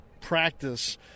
practice